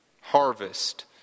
harvest